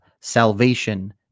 salvation